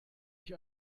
ich